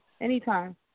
Anytime